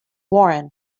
warren